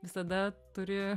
visada turi